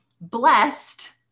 blessed